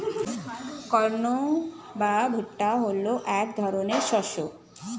corn বা ভুট্টা হলো এক ধরনের শস্য